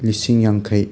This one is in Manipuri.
ꯂꯤꯁꯤꯡ ꯌꯥꯡꯈꯩ